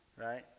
Right